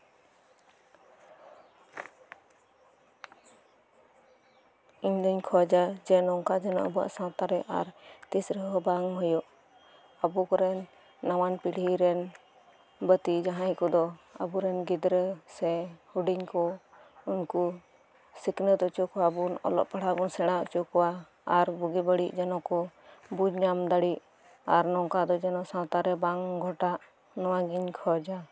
ᱤᱧ ᱫᱩᱧ ᱠᱷᱚᱡᱟ ᱱᱚᱝᱠᱟ ᱡᱮᱱᱚ ᱟᱨ ᱟᱵᱚᱣᱟᱜ ᱥᱟᱶᱛᱟ ᱨᱮ ᱛᱤᱥ ᱨᱮᱦᱚᱸ ᱟᱞᱚ ᱦᱩᱭᱩᱜ ᱟᱵᱚ ᱠᱚᱨᱮᱱ ᱱᱟᱣᱟᱱ ᱯᱤᱲᱦᱤ ᱠᱚᱨᱮ ᱡᱟᱦᱟᱸᱭ ᱠᱚᱫᱚ ᱟᱵᱚ ᱨᱮᱱ ᱵᱟᱛᱤ ᱥᱮ ᱟᱵᱚ ᱨᱮᱱ ᱜᱤᱫᱽᱨᱟᱹ ᱥᱮ ᱦᱩᱰᱤᱧ ᱠᱚ ᱩᱱᱠᱩ ᱥᱤᱠᱷᱱᱟᱹᱛ ᱦᱚᱪᱚ ᱠᱚᱣᱟ ᱵᱚᱱ ᱚᱞᱚᱜ ᱯᱟᱲᱦᱟᱜ ᱵᱚᱱ ᱥᱮᱬᱟ ᱚᱪᱚ ᱠᱚᱣᱟ ᱟᱨ ᱵᱩᱜᱤ ᱵᱟᱹᱲᱤᱡ ᱡᱮᱱᱚ ᱠᱚ ᱵᱩᱡ ᱧᱟᱢ ᱫᱟᱲᱮᱜ ᱟᱨ ᱱᱚᱝᱠᱟ ᱡᱮᱱᱚ ᱥᱟᱶᱛᱟ ᱨᱮ ᱵᱟᱝ ᱜᱷᱚᱴᱟᱜ ᱱᱚᱣᱟ ᱜᱤᱧ ᱠᱷᱚᱡᱟ